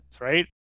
right